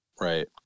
Right